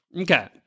Okay